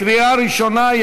לקריאה ראשונה.